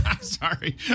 Sorry